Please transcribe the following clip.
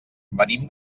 venim